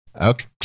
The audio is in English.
Okay